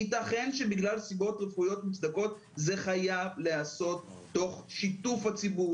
יתכן שבגלל סיבות רפואיות מוצדקות זה חייב להיעשות תוך שיתוף הציבור,